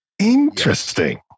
interesting